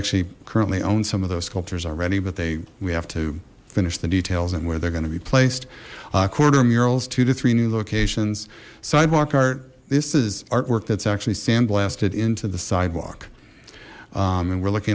actually currently own some of those sculptures already but they we have to finish the details and where they're going to be placed quarter murals two to three new locations sidewalk art this is artwork that's actually sandblasted into the sidewalk and we're l